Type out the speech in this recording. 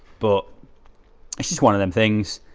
but it's just one of them things.